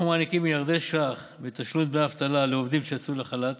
אנחנו מעניקים מיליארדי שקלים ותשלום דמי אבטלה לעובדים שיצאו לחל"ת,